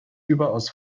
überaus